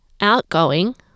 outgoing